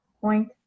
Point